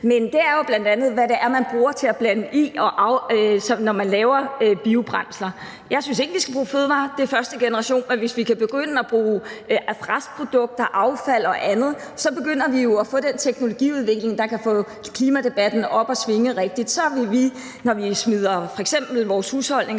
det er spændende – men hvad er det bl.a., man bruger til at blande i, når man laver biobrændsler? Jeg synes ikke, vi skal bruge fødevarer. Det er i første generation. Men hvis vi kan begynde at bruge restprodukterne, affald og andet, begynder vi jo at få den teknologiudvikling, der kan få klimadebatten rigtigt op at svinge. Så vil vi, når vi f.eks. smider vores husholdningsaffald